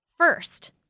First